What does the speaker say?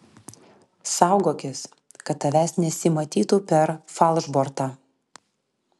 saugokis kad tavęs nesimatytų per falšbortą